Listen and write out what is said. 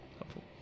helpful